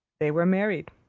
they were married,